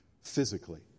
physically